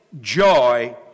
joy